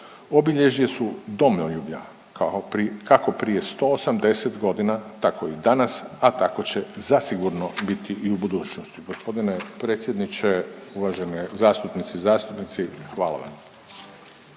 obilježje su domoljublja, kako prije 180 godina, tako i danas, a tako će zasigurno biti i u budućnosti. Gospodine predsjedniče, uvažene zastupnice i zastupnici, hvala vam.